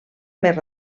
més